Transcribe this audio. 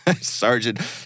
Sergeant